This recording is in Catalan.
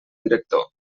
director